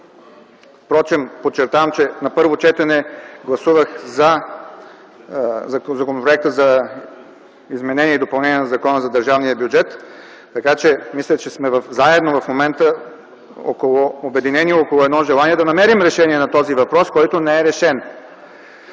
бюджет. Подчертавам, че на първо четене гласувах „за” Законопроекта за изменение и допълнение на Закона за държавния бюджет, така че мисля, че в момента сме заедно обединени около едно желание да намерим решение на този въпрос, който не е решен.